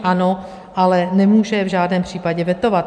Ano, ale nemůže je v žádném případě vetovat.